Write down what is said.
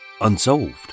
unsolved